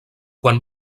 quan